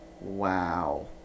wow